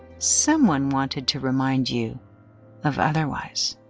someone wanted to remind you of otherwise